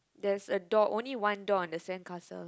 there's a dog only one dog on the sandcastle